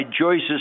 Joyce's